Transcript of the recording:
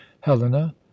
helena